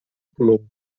pulou